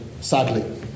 sadly